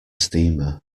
steamer